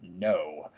No